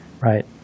Right